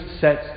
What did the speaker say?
sets